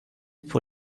pour